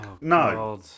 No